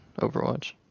Overwatch